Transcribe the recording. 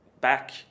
back